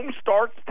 starts